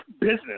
business